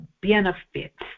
benefits